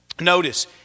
notice